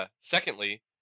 secondly